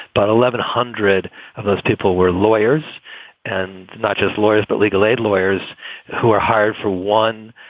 but eleven hundred of those people were lawyers and not just lawyers, but legal aid lawyers who are hired, for one,